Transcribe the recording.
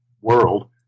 world